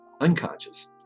unconscious